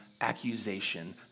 Accusation